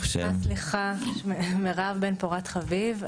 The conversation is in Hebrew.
שמי מירב בן פורת חביב,